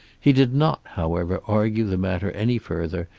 he did not, however, argue the matter any further,